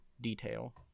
detail